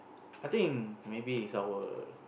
I think maybe is our